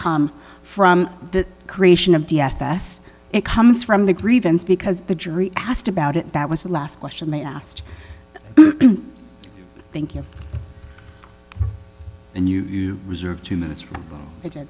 come from the creation of d f s it comes from the grievance because the jury asked about it that was the last question they asked thank you and you reserved two minutes